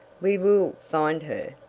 we will find her,